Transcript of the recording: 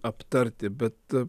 aptarti bet